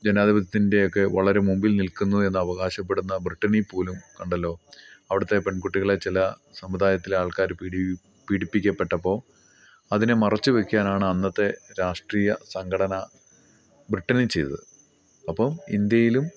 ജനാധിപത്യത്തിൻ്റെ ഒക്കെ വളരെ മുമ്പിൽ നിൽക്കുന്നു എന്ന് അവകാശപ്പെടുന്ന ബ്രിട്ടനിൽ പോലും കണ്ടല്ലോ അവിടുത്തെ പെൺകുട്ടികളെ ചില സമുദായത്തിലെ ആൾക്കാർ പീഡിപ്പിക്കപ്പെട്ടപ്പോൾ അതിനെ മറച്ചു വയ്ക്കാനാണ് അന്നത്തെ രാഷ്ട്രീയ സംഘടന ബ്രിട്ടനിൽ ചെയ്തത് അപ്പം ഇന്ത്യയിലും